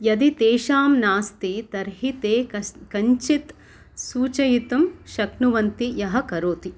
यदि तेषां नास्ति तर्हि ते कञ्चित् सूचयितुं शक्नुवन्ति यः करोति